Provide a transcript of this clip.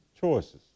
choices